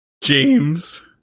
James